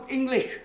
English